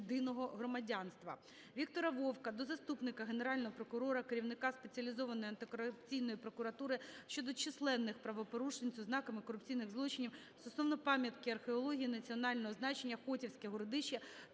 Віктора Вовка до Заступника Генерального прокурора України - керівника Спеціалізованої антикорупційної прокуратури щодо численних правопорушень з ознаками корупційних злочинів стосовно пам'ятки археології національного значення "Хотівське городище"